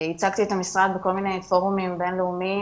ייצגתי את המשרד בכל מיני פורומים בינלאומיים